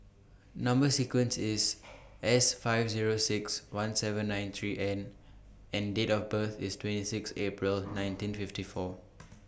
Number sequence IS S five Zero six one seven nine three N and Date of birth IS twenty six April nineteen fifty four